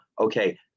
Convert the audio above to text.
Okay